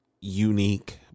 unique